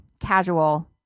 casual